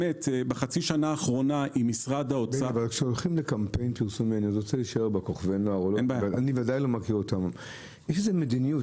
אבל כשהולכים לקמפיין פרסומי, יש איזו מדיניות.